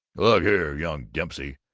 look here, young dempsey!